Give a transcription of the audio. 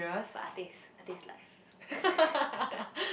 but I think it's I think it's live